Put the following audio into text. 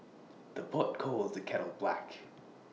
the pot calls the kettle black